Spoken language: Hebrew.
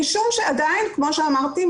משום שעדיין כמו שאמרתי,